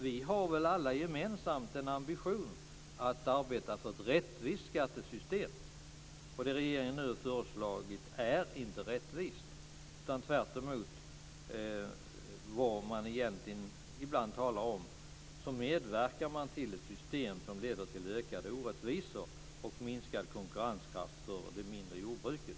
Vi har väl alla gemensamt en ambition att arbeta för ett rättvist skattesystem. Det som regeringen nu har föreslagit är inte rättvist, utan tvärtemot vad man ibland talar om medverkar man egentligen till ett system som leder till ökade orättvisor och minskad konkurrenskraft för det mindre jordbruket.